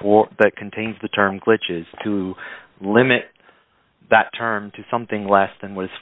for that contains the term glitches to limit that term to something less than was